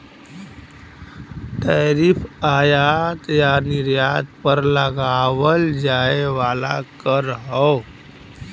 tariff आयात या निर्यात पर लगावल जाये वाला कर हौ